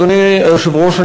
אדוני היושב-ראש,